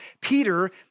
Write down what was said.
Peter